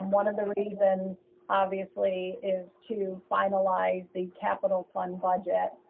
um one of the reasons obviously is to finalize the capital fund budget,